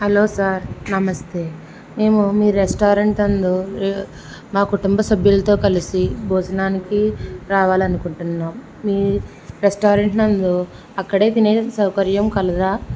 hello sir namaste మేము మీ restaurant నందు మా కుటుంబ సభ్యులతో కలిసి భోజనానికి రావాలని అనుకుంటున్నాము మీ రెస్టారెంట్ నందు అక్కడే తినే సౌకర్యం కలదా